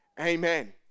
Amen